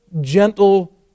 gentle